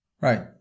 Right